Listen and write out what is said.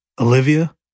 Olivia